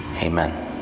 Amen